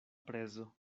prezo